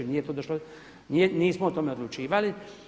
Nije to došlo, nismo o tome odlučivali.